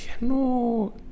no